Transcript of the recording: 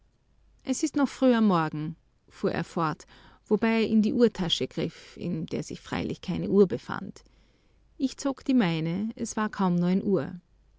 es ist noch früh am morgen fuhr er fort wobei er in die uhrtasche griff in der sich freilich keine uhr befand ich zog die meine es war kaum uhr